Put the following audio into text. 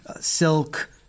silk